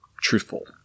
truthful